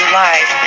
live